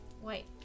White